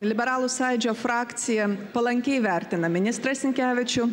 liberalų sąjūdžio frakcija palankiai vertina ministrą sinkevičių